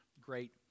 great